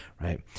right